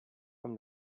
from